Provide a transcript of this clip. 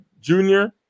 junior